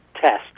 test